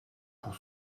pour